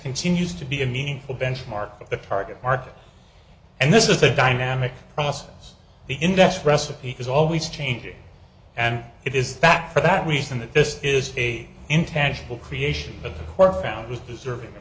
continues to be a meaningful benchmark of the target market and this is a dynamic process the index recipe is always changing and it is that for that reason that this is a intangible creation of the core found with deserving